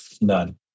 none